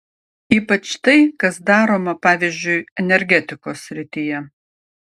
ypač tai kas daroma pavyzdžiui energetikos srityje